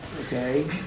okay